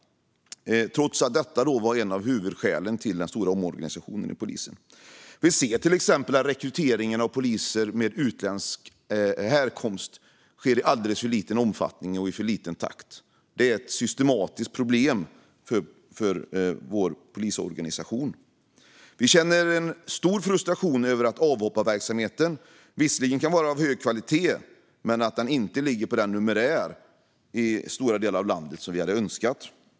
Detta var ju ett av huvudskälen till den stora omorganisationen av polisen. Vi ser till exempel att rekryteringen av poliser med utländsk härkomst sker i alldeles för liten omfattning och i för långsam takt. Detta är ett systematiskt problem för vår polisorganisation. Vi känner en stor frustration över att avhopparverksamheten visserligen kan vara av hög kvalitet men i stora delar av landet inte omfattar den numerär som vi hade önskat.